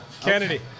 Kennedy